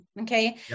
Okay